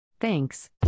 Thanks